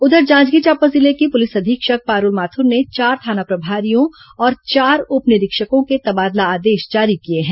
उधर जांजगीर चांपा जिले की पुलिस अधीक्षक पारूल माथुर ने चार थाना प्रभारियों और चार उप निरीक्षकों के तबादला आदेश जारी किए हैं